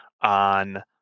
on